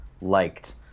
liked